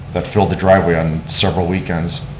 that filled the driveway on several weekends.